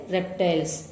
Reptiles